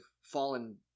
fallen